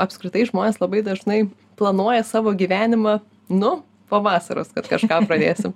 apskritai žmonės labai dažnai planuoja savo gyvenimą nu po vasaros kad kažką pradėsim